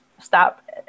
stop